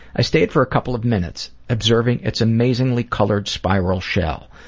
i stayed for a couple of minutes observing its amazingly colorful spiral shell,